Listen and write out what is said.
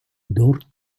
dort